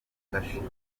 udashira